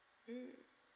mm